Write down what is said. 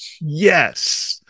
Yes